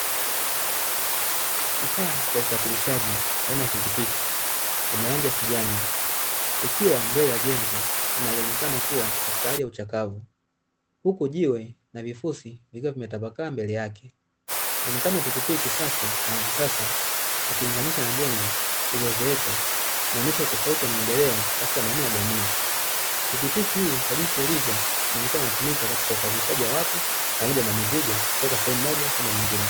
Kifaa cha usafirishaji aina pikipiki ina rangi ya kijani, ikiwa mbele ya jengo linaloonekana kuwa katika hali ya uchakavu, huku jiwe na vifusi vikiwa vimetapakaa mbele yake. Muonekano wa pikipiki safi na ya kisasa ukilinganisha na jengo lililozeeka, inaonyesha utofauti wa maendeleo katika maeneo ya jamii. Pikipiki hii kwa jinsi ilivyo, inaonekana inatumika katika usafirishaji wa watu pamoja na mizigo kutoka sehemu moja kwenda nyingine.